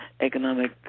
economic